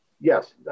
Yes